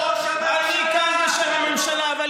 ובלי שיפריעו לו.